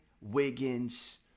Wiggins